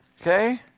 Okay